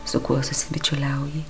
su kuo susibičiuliauji